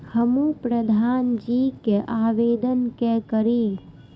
हमू प्रधान जी के आवेदन के करी?